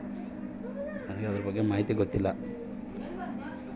ನಾನು ಕೋಳಿ ಫಾರಂ ಮಾಡಬೇಕು ಅಂತ ಇದಿನಿ ಅದರ ಬಗ್ಗೆ ನನಗೆ ತಿಳಿಸಿ?